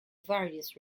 various